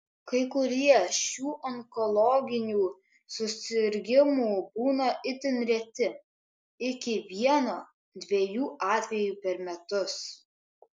kai kurie šių onkologinių susirgimų būna itin reti iki vieno dviejų atvejų per metus